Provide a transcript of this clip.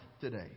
today